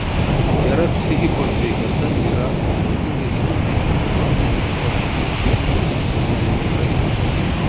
gera psichikos sveikata yra ypatingai svarbi ekonominiam europos augimui ir socialinei raidai